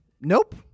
Nope